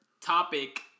topic